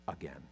again